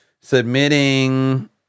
Submitting